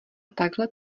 takhle